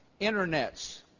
internets